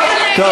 (חבר הכנסת אילן גילאון יוצא מאולם המליאה.) טוב,